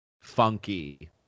funky